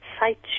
sites